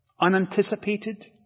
unanticipated